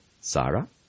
Sarah